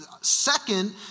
Second